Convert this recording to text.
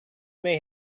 may